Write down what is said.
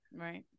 right